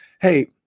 Hey